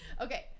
Okay